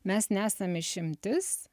mes nesam išimtis